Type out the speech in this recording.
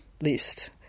list